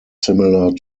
similar